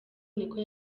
niko